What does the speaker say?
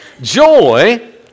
Joy